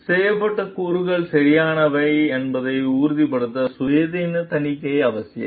செய்யப்பட்ட கூற்றுக்கள் சரியானவை என்பதை உறுதிப்படுத்த சுயாதீன தணிக்கை அவசியம்